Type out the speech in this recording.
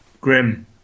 Grim